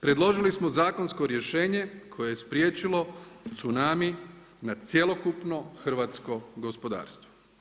Predložili smo zakonsko rješenje koje je spriječilo cunami na cjelokupno hrvatskog gospodarstvo.